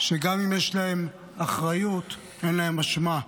שגם אם יש להם אחריות, אין להם אשמה,